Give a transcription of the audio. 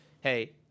hey